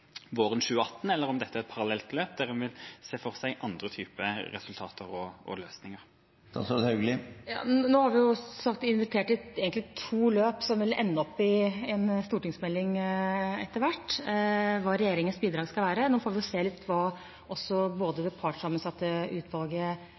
våren 2018, om dette er et parallelt løp, eller om en ser for seg andre resultater og løsninger. Nå har vi invitert til to løp som etter hvert vil ende opp i en stortingsmelding. Når det gjelder hva regjeringens bidrag skal være, får vi se litt på hva det partssammensatte utvalget kommer fram til, og også